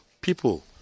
People